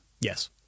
Yes